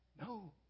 No